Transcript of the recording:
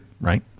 right